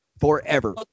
Forever